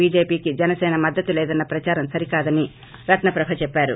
చీజేపీకి జనసేన మద్దతు లేదన్న ప్రచారం సరికాదనో రత్న ప్రభ చెప్పారు